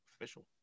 Official